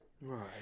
Right